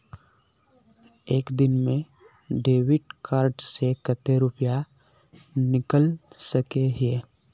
एक दिन में डेबिट कार्ड से कते रुपया निकल सके हिये?